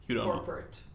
corporate